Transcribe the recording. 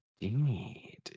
indeed